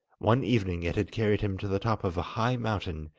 one evening it had carried him to the top of a high mountain,